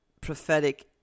prophetic